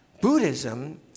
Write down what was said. Buddhism